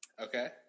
Okay